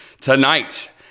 tonight